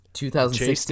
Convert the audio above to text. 2016